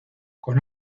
con